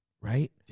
Right